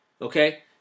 Okay